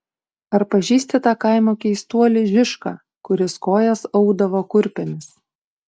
ar pažįsti tą kaimo keistuolį žišką kuris kojas audavo kurpėmis